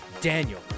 Daniel